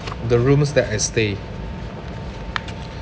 the rooms that I stay